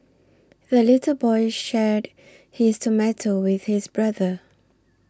the little boy shared his tomato with his brother